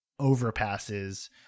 overpasses